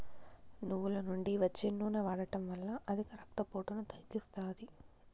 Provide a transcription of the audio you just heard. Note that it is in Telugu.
నువ్వుల నుండి వచ్చే నూనె వాడడం వల్ల అధిక రక్త పోటును తగ్గిస్తాది